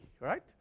right